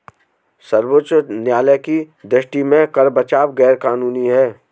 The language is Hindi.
सर्वोच्च न्यायालय की दृष्टि में कर बचाव गैर कानूनी है